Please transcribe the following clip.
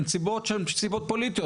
הן סיבות שהן סיבות פוליטיות,